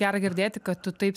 gera girdėti kad tu taip